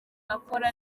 akora